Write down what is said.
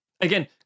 again